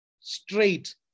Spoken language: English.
Straight